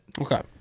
okay